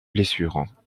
blessures